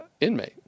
inmate